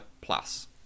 plus